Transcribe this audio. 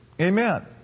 Amen